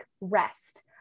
rest